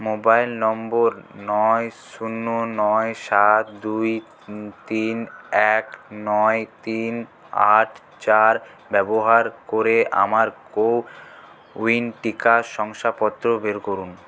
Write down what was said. mobile number নয় শুন্য নয় সাত দুই তিন এক নয় তিন আট চার ব্যবহার করে আমার কোউইন টিকা শংসাপত্র বের করুন